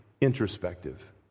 introspective